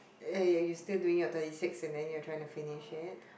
ya ya you're still doing your thirty six and then you're trying to finish it